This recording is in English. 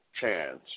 chance